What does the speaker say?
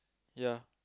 ya